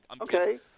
Okay